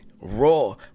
raw